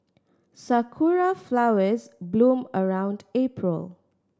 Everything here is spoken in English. sakura flowers bloom around April